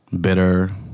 bitter